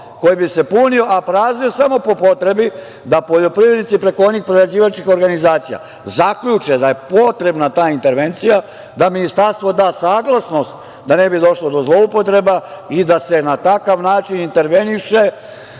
koji bi se punio, a praznio samo po potrebi da poljoprivrednici preko onih prerađivačkih organizacija zaključe da je potrebna ta intervencija, da Ministarstvo da saglasnost da ne bi došlo do zloupotreba i da se na takav način interveniše,